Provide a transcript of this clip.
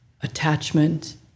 attachment